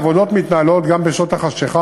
העבודות מתנהלות גם בשעות החשכה,